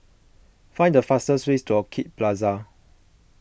find the fastest way to Orchid Plaza